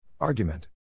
Argument